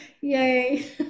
yay